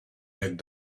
had